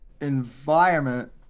environment